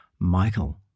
Michael